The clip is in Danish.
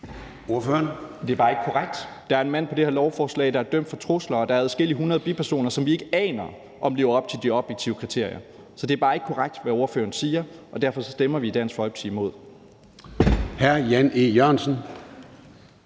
Det er bare ikke korrekt. Der er en mand på det her lovforslag, der er dømt for trusler, og der er adskillige hundrede bipersoner, som vi ikke aner om lever op til de objektive kriterier. Så det er bare ikke korrekt, hvad ordføreren siger, og derfor stemmer vi i Dansk Folkeparti imod.